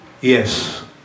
yes